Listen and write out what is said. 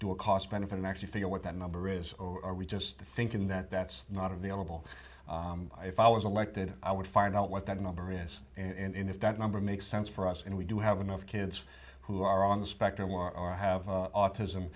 do a cost benefit of actually figure what that number is or are we just thinking that that's not available if i was elected i would find out what that number is in if that number makes sense for us and we do have enough kids who are on the spectrum or have autism